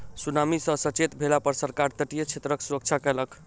tsunami सॅ सचेत भेला पर सरकार तटीय क्षेत्रक सुरक्षा कयलक